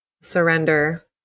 Surrender